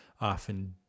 often